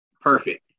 perfect